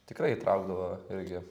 tikrai įtraukdavo irgi